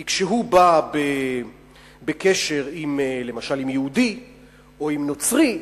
כי כשהוא בא בקשר למשל עם יהודי או עם נוצרי,